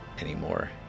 anymore